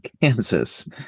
Kansas